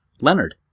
Leonard